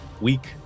weak